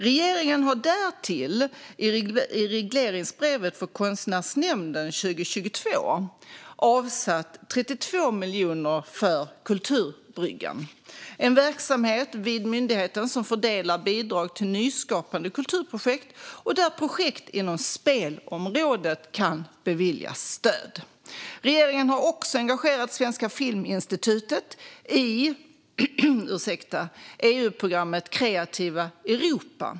Regeringen har därtill i regleringsbrevet för Konstnärsnämnden 2022 avsatt 32 miljoner för Kulturbryggan, en verksamhet vid myndigheten som fördelar bidrag till nyskapande kulturprojekt, där projekt inom spelområdet kan beviljas stöd. Regeringen har också engagerat Svenska Filminstitutet i EU-programmet Kreativa Europa.